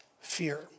fear